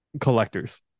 collectors